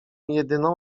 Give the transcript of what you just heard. jedyną